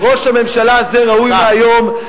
ראש הממשלה הזה ראוי מהיום,